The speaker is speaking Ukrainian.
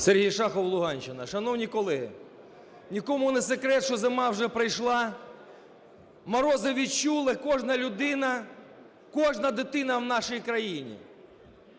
Сергій Шахов, Луганщина. Шановні колеги, нікому не секрет, що зима вже прийшла, морози відчула кожна людина, кожна дитина в нашій країні.